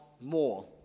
more